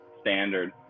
standard